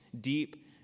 deep